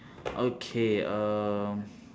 okay uh